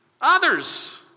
others